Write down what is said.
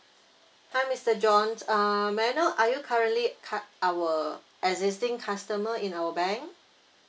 hi mister john uh may I know are you currently cus~ our existing customer in our bank